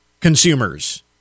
consumers